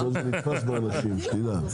בסוף זה נתפס באנשים שתדע.